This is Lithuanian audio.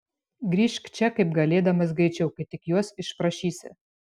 grįžk čia kaip galėdamas greičiau kai tik juos išprašysi